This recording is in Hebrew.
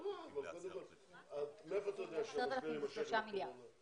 לסיוע בשכר דירה של עד 1,000 שקלים בחודש.